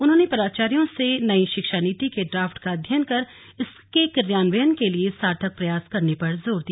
उन्होंने प्राचार्यो से नई शिक्षा नीति के ड्राफ्ट का अध्ययन कर इसके क्रियान्वयन के लिए सार्थक प्रयास करने पर जोर दिया